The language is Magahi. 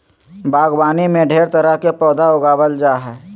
बागवानी में ढेर तरह के पौधा उगावल जा जा हइ